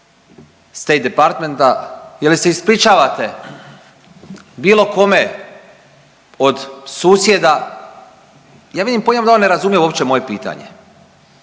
State Departmenta, je li se ispričavate bilo kome od susjeda, ja vidim po njemu da on ne razumije uopće moje pitanje,